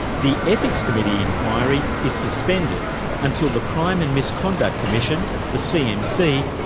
the ethics committee enquiry is suspended until the crime and misconduct commission, the cmc,